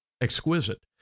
exquisite